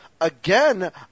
again